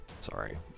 sorry